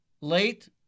late